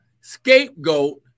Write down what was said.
scapegoat